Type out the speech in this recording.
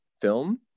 film